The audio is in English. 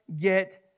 get